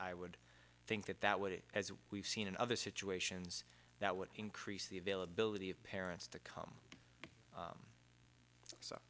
i would think that that would it as we've seen in other situations that would increase the availability of parents to come